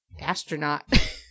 Astronaut